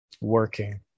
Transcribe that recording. working